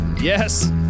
Yes